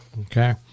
Okay